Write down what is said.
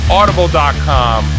Audible.com